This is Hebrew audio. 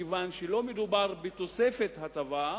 מכיוון שלא מדובר בתוספת הטבה.